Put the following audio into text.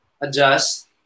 adjust